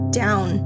down